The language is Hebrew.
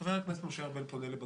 חבר הכנסת משה ארבל פונה לבג"ץ,